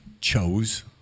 chose